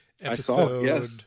episode